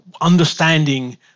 understanding